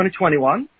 2021